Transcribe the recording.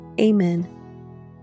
Amen